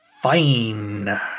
Fine